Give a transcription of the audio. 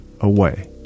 away